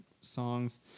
songs